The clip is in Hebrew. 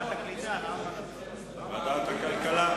בעד, 31,